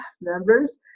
members